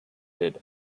did